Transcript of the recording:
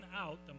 out